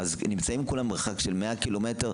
אז כולם נמצאים במרחק 100 ק"מ,